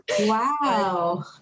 Wow